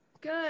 Good